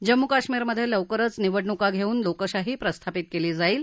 जम्मू कश्मीरमध्ये लवकरच निवडणूका घेऊन लोकशाही प्रस्थापित केली जाईल